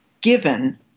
given